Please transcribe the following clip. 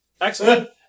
Excellent